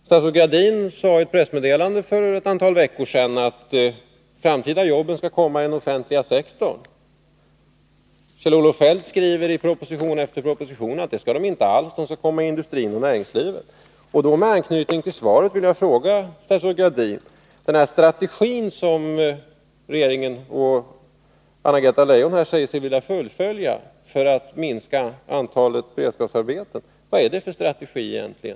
Statsrådet Gradin sade i ett pressmeddelande för ett antal veckor sedan att de framtida jobben skall skapas i den offentliga sektorn. Kjell-Olof Feldt skriver i proposition efter proposition att de framtida jobben inte alls skall skapas i Med anknytning till svaret vill jag till statsrådet Gradin ställa en fråga om Tisdagen den 26 den strategi som Anna-Greta Leijon säger sig vilja fullfölja för att minska april 1983 antalet beredskapsarbeten: Vad är det för strategi egentligen?